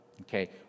okay